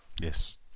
Yes